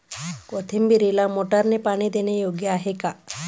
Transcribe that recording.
कोथिंबीरीला मोटारने पाणी देणे योग्य आहे का?